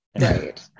Right